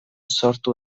sortu